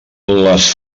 les